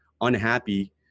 unhappy